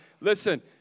listen